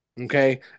Okay